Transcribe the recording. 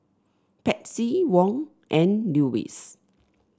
Patsy Wong and Lewis